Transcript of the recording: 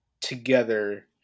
together